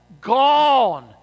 gone